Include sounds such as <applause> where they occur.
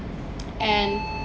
<noise> and